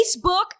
Facebook